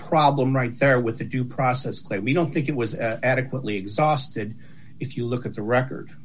problem right there with the due process claim we don't think it was adequately exhausted if you look at the record